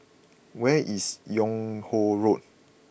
where is Yung Ho Road